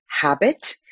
habit